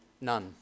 none